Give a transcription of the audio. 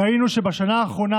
ראינו שבשנה האחרונה,